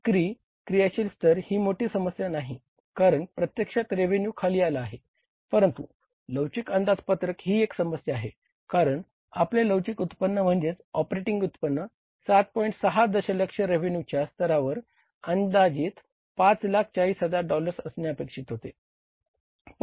विक्री क्रियाशील स्तर ही मोठी समस्या नाही कारण प्रत्यक्षात रेव्हेन्यू स्तरावर अंदाजित 540000 डॉलर्स असणे अपेक्षित होते